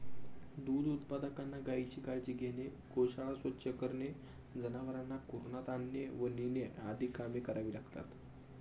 दूध उत्पादकांना गायीची काळजी घेणे, गोशाळा स्वच्छ करणे, जनावरांना कुरणात आणणे व नेणे आदी कामे करावी लागतात